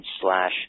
slash